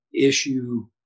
Issue